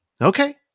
Okay